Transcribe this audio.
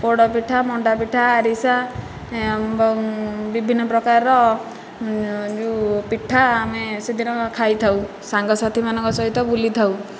ପୋଡ଼ ପିଠା ମଣ୍ଡା ପିଠା ଆରିସା ଏବଂ ବିଭିନ୍ନ ପ୍ରକାରର ଯେଉଁ ପିଠା ଆମେ ସେଦିନ ଖାଇଥାଉ ସାଙ୍ଗସାଥିମାନଙ୍କ ସହିତ ବୁଲିଥାଉ